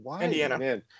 Indiana